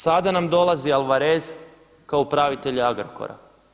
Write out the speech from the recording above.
Sada nam dolazi Alvarez kao upravitelj Agrokora.